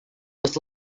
was